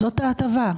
זאת ההטבה.